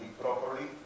properly